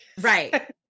Right